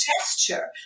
gesture